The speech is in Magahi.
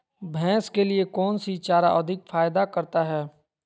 भैंस के लिए कौन सी चारा अधिक फायदा करता है?